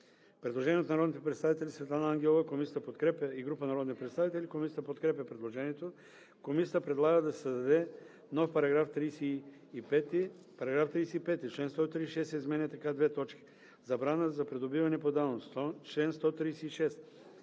Предложение от народния представител Светлана Ангелова и група народни представители. Комисията подкрепя предложението. Комисията предлага да се създаде нов § 35. „§ 35. Член 136 се изменя така: „Забрана за придобиване по давност“. Чл.